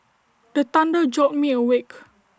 the thunder jolt me awake